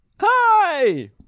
hi